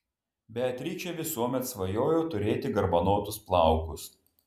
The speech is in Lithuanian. beatričė visuomet svajojo turėti garbanotus plaukus